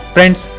Friends